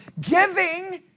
Giving